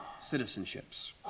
citizenships